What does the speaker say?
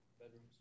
bedrooms